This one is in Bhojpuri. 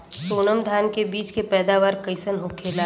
सोनम धान के बिज के पैदावार कइसन होखेला?